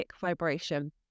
vibration